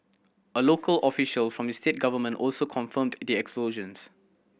a local official from the state government also confirmed the explosions